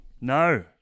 No